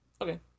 Okay